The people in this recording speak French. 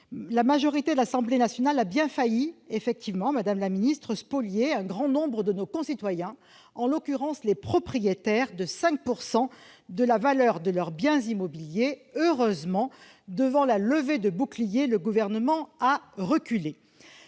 La majorité de l'Assemblée nationale a bien failli spolier un grand nombre de nos concitoyens- en l'occurrence, les propriétaires -de 5 % de la valeur de leur bien immobilier ! Heureusement, devant la levée de boucliers, le Gouvernement a reculé.